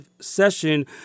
session